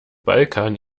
balkan